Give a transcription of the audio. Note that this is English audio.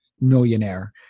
millionaire